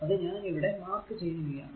അത് ഞാൻ ഇവിടെ മാർക്ക് ചെയ്യുകയാണ്